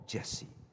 Jesse